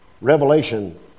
Revelation